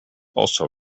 also